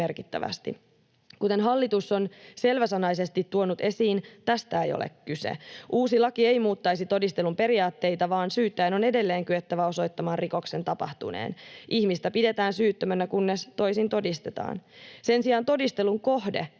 Kuten hallitus on selväsanaisesti tuonut esiin, tästä ei ole kyse. Uusi laki ei muuttaisi todistelun periaatteita, vaan syyttäjän on edelleen kyettävä osoittamaan rikoksen tapahtuneen. Ihmistä pidetään syyttömänä, kunnes toisin todistetaan. Sen sijaan todistelun kohde